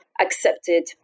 accepted